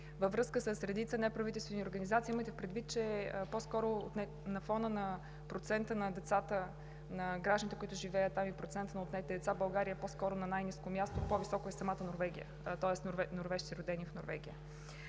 във връзка с редица неправителствени организации. Имайте предвид, че по-скоро на фона на процента на децата, на гражданите, които живеят там, и процента на отнетите деца България по-скоро е на най-ниско място. По-високо са норвежците, родени в Норвегия.